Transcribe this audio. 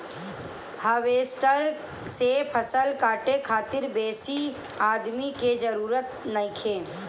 harvester से फसल काटे खातिर बेसी आदमी के जरूरत नइखे